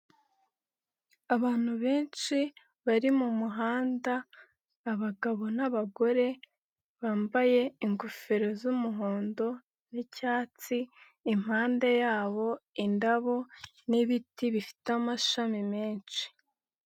Abantu benshi bari mu muhanda abagabo n'abagore, bambaye ingofero z'umuhondo n'icyatsi, impande yabo indabo n'ibiti bifite amashami menshi.